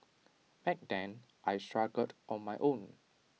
back then I struggled on my own